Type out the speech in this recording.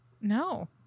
no